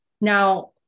Now